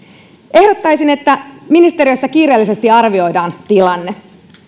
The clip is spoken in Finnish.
ehdottaisin että ministeriössä kiireellisesti arvioidaan tilanne